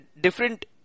different